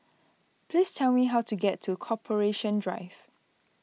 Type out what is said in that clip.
please tell me how to get to Corporation Drive